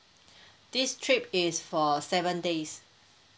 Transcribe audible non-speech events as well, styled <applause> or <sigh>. <breath> this trip is for seven days